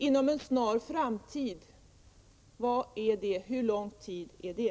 ”Inom en snar framtid” — hur lång tid är det?